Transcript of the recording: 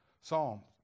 Psalm